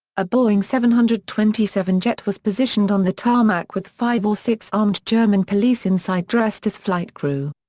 a boeing seven hundred and twenty seven jet was positioned on the tarmac with five or six armed german police inside dressed as flight crew.